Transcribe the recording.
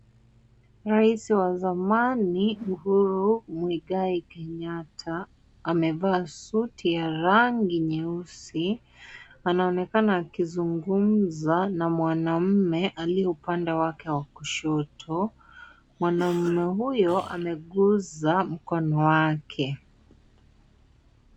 Rais wa zamani Uhuru Muigai Kenyatta, amevaa suti ya rangi nyeusi, anaonekana akizungumza na mwanaume aliye upande wake wa kushoto. Mwanaume huyo, ameguza mkono wake.